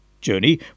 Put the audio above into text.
journey